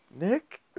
Nick